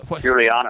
Juliana